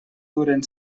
duren